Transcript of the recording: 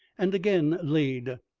and again laid.